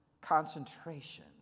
concentration